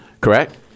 correct